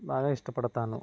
బాగా ఇష్టపడతాను